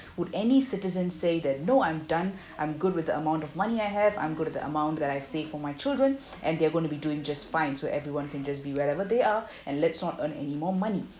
would any citizen say that no I'm done I'm good with the amount of money I have I'm good with the amount that I've saved for my children and they're gonna be doing just fine so everyone can just be wherever they are and let's not earn any more money